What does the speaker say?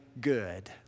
good